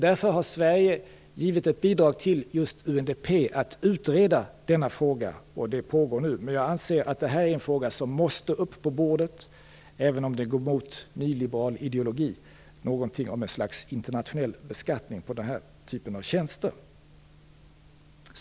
Sverige har givit ett bidrag till UNDP att utreda denna fråga, och denna utredning pågår nu. Jag anser att denna fråga måste upp på bordet även om den går emot nyliberal ideologi mot något slags internationell beskattning på den här typen av tjänster.